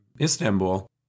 Istanbul